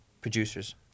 producers